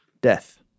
death